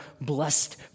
blessed